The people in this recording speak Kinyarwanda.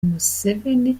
museveni